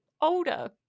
older